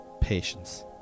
patience